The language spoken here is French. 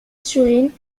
fut